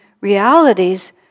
realities